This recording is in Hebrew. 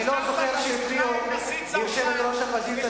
אני לא זוכר שהפריעו ליושבת-ראש האופוזיציה,